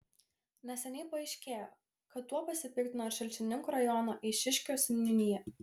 neseniai paaiškėjo kad tuo pasipiktino ir šalčininkų rajono eišiškių seniūnija